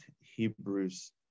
Hebrews